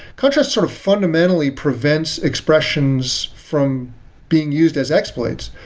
contrast sort of fundamentally prevents expressions from being used as exploits.